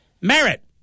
Merit